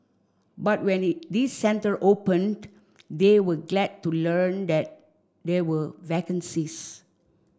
but when the this centre opened they were glad to learn that there were vacancies